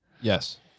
Yes